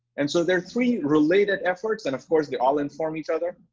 and so they're are three related efforts, and of course they all inform each other.